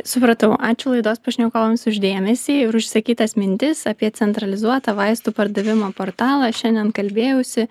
supratau ačiū laidos pašnekovams už dėmesį ir išsakytas mintis apie centralizuotą vaistų pardavimo portalą šiandien kalbėjausi